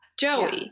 Joey